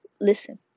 listen